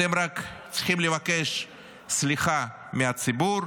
אתם רק צריכים לבקש סליחה מהציבור,